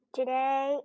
Today